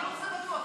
חינוך זה בטוח,